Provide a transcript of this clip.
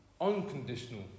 unconditional